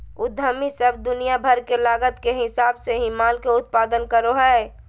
उद्यमी सब दुनिया भर के लागत के हिसाब से ही माल के उत्पादन करो हय